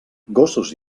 gossos